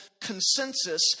consensus